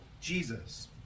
Jesus